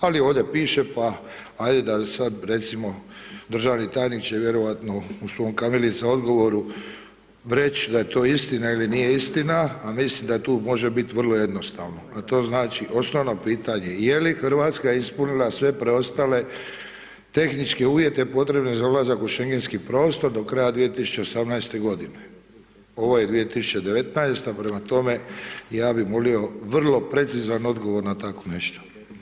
Ali ovde piše pa ajde da sad recimo državni tajniče vjerojatno u svom kamilica odgovoru reć da je to istina ili nije istina, a mislim da tu može bit vrlo jednostavno, a to znači osnovno pitanje je li Hrvatska ispunila sve preostale tehničke uvjete potrebne za ulazak u Schengenski prostor do kraja 2018. godine, ovo je 2019. prema tome ja bi molimo vrlo precizan odgovor na tako nešto.